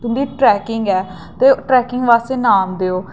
के तुंदी ट्रैकिंग ऐ ते ट्रैकिंग आस्तै नाम देओ